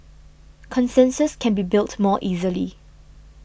consensus can be built more easily